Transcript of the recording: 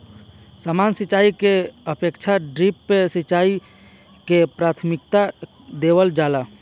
सामान्य सिंचाई के अपेक्षा ड्रिप सिंचाई के प्राथमिकता देवल जाला